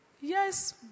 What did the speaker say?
yes